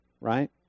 Right